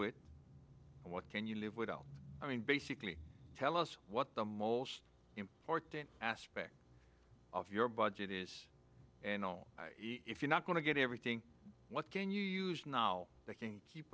and what can you live without i mean basically tell us what the most important aspect of your budget is and all if you're not going to get everything what can you use now that can keep